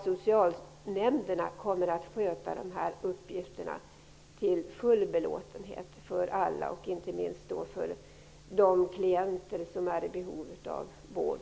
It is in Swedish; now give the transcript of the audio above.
Socialnämnderna kommer att sköta de här uppgifterna till full belåtenhet för alla, inte minst för de klienter som är i behov av vård.